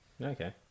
Okay